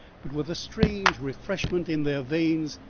but with a strange refreshment in their veins,